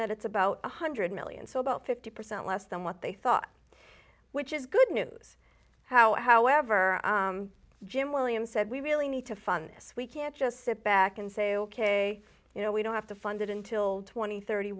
that it's about one hundred million so about fifty percent less than what they thought which is good news however jim williams said we really need to fund this we can't just sit back and say ok you know we don't have to fund it until twenty thirty